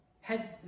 head